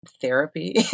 therapy